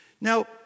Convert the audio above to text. Now